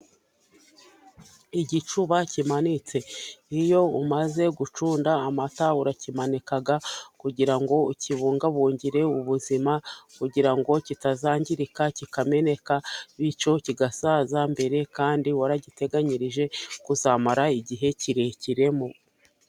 Igicuba kimanitse, iyo umaze gucunda amata urakimanika, kugira ngo ukibungabungire ubuzima, kugira ngo kitazangirika kikameneka, bityo kigasaza mbere, kandi waragiteganyirije kuzamara igihe kirekire. mu